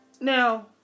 Now